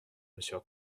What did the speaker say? monsieur